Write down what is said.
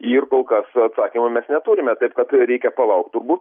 ir kol kas atsakymų mes neturime taip kad reikia palaukt turbūt